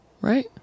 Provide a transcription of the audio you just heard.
right